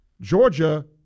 Georgia